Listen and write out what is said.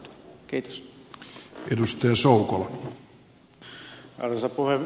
arvoisa puhemies